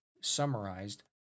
summarized